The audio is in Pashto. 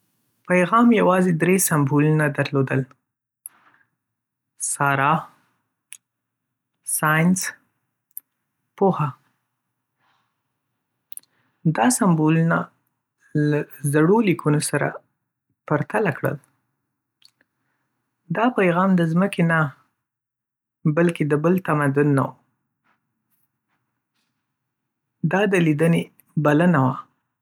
پیغام یوازې درې سمبولونه درلودل. سارا، ساینس، ‌پوهه، دا سمبولونه له زړو لیکونو سره پرتله کړل. دا پیغام د ځمکې نه، بلکې د بل تمدن نه و. دا د لیدنې بلنه وه.